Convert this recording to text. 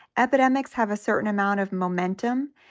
epidemics have a certain amount of momentum.